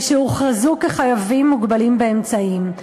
שהוכרזו כחייבים מוגבלים באמצעים.